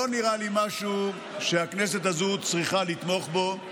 לא נראה לי משהו שהכנסת הזו צריכה לתמוך בו.